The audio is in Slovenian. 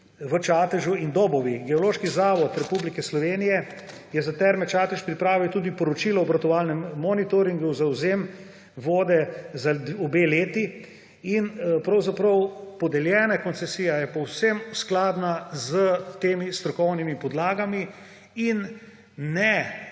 v Čatežu in Dobovi. Geološki zavod Slovenije je za Terme Čatež pripravil tudi poročilo o obratovalnem monitoringu za odvzem vode za obe leti in podeljena koncesija je povsem skladna s temi strokovnimi podlagami in ne